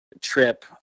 trip